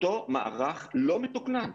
אותו מערך לא מתוקנן.